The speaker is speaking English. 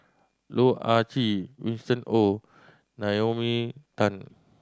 Loh Ah Chee Winston Oh Naomi Tan